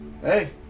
hey